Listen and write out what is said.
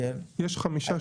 יש חמישה.